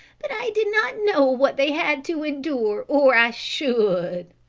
but i did not know what they had to endure or i should.